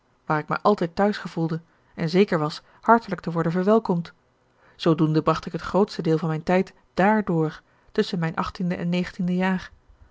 waar ik mij altijd thuis gevoelde en zeker was hartelijk te worden verwelkomd zoodoende bracht ik het grootste deel van mijn tijd daar door tusschen mijn achttiende en negentiende jaar